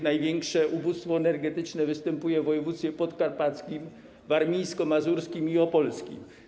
Największe ubóstwo energetyczne występuje w województwach: podkarpackim, warmińsko-mazurskim i opolskim.